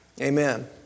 Amen